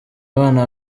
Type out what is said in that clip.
abana